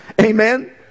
Amen